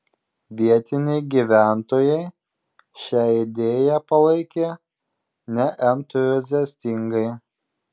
vietiniai gyventojai šią idėją palaikė neentuziastingai